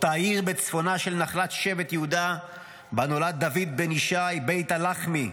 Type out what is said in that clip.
אותה עיר בצפונה של נחלת שבט יהודה בה נולד דוד בן-ישי בית הלחמי,